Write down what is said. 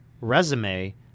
resume